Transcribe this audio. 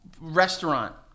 restaurant